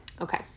Okay